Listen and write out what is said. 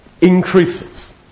increases